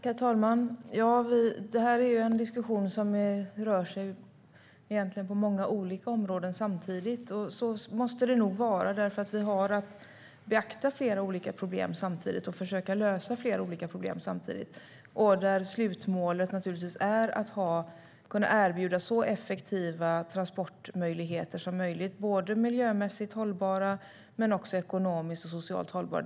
Herr talman! Detta är en diskussion som egentligen rör sig över många olika områden samtidigt. Så måste det nog också vara, för vi har att beakta och försöka lösa flera olika problem samtidigt. Slutmålet är naturligtvis att kunna erbjuda så effektiva transportmöjligheter som möjligt. De ska vara inte bara miljömässigt hållbara utan också ekonomiskt och socialt hållbara.